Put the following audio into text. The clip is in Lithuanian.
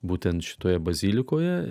būtent šitoje bazilikoje